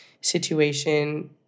situation